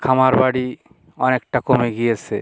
খামার বাড়ি অনেকটা কমে গিয়েছে